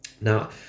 Now